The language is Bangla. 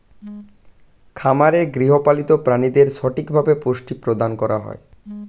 খামারে গৃহপালিত প্রাণীদের সঠিকভাবে পুষ্টি প্রদান করা হয়